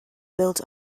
built